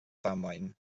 ddamwain